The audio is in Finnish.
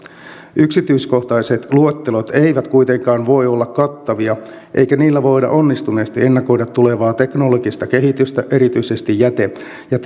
yksityiskohtaiset luettelot eivät kuitenkaan voi olla kattavia eikä niillä voida onnistuneesti ennakoida tulevaa teknologista kehitystä erityisesti jäte ja